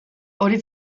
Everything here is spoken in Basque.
hori